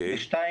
שתיים,